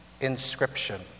inscription